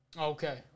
Okay